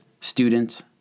students